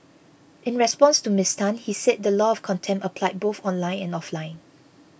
in response to Miss Tan he said the law of contempt applied both online and offline